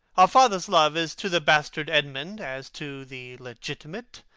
our father's love is to the bastard edmund as to the legitimate